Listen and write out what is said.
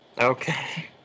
Okay